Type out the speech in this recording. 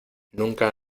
nunca